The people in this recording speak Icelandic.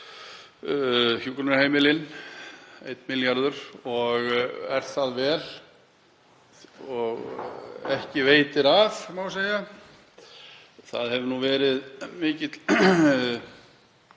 hjúkrunarheimilin, 1 milljarður, og er það vel og veitir ekki af, má segja. Það hefur verið mikill